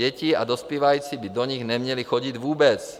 Děti a dospívající by do nich neměli chodit vůbec.